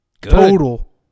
total